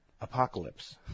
apocalypse